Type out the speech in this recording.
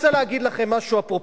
הרי יש לך סמכויות,